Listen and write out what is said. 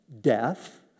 death